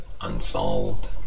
unsolved